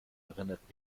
erinnert